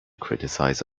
criticize